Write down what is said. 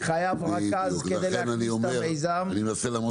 חייבים רכז כדי להכניס את המיזם.